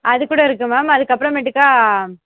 அது கூட இருக்குது மேம் அதுக்கு அப்புறமேட்டுக்கா